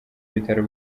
bitaro